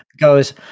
goes